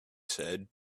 said